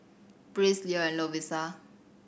Breeze Leo and Lovisa